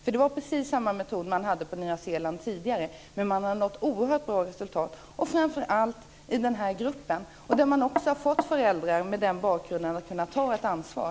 Man tillämpade tidigare just den metoden på Nya Zeeland, men man har nått oerhört bra resultat framför allt med den grupp där man kunnat få föräldrar med problembakgrund att ta ett ansvar.